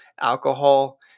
Alcohol